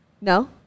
No